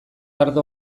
ardo